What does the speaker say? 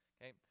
Okay